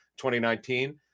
2019